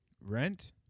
Rent